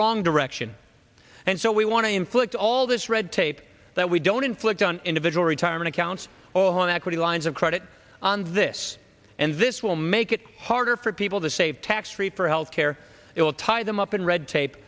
wrong direction and so we want to inflict all this red tape that we don't inflict on individual retirement accounts or home equity lines of credit on this and this will make it harder for people to save tax free for health care it will tie them up in red tape